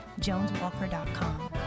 JonesWalker.com